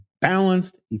balanced